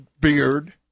Beard